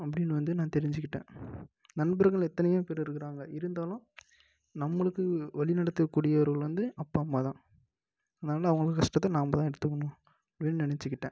அப்படின்னு வந்து நான் தெரிஞ்சிக்கிட்டேன் நண்பர்கள் எத்தனையோ பேர் இருக்குறாங்க இருந்தாலும் நம்மளுக்கு வழிநடத்தக்கூடியவர்கள் வந்து அப்பா அம்மா தான் நான்லாம் அவங்கவங்க கஷ்டத்தை நாம்ப தான் எடுத்துக்கணும் அப்படின்னு நினச்சிக்கிட்டேன்